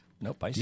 Nope